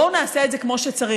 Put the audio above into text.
בואו נעשה את זה כמו שצריך,